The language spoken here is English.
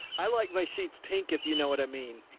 i like my sheets pink, if you know what i mean.